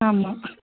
ஆமாம்